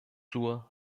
zur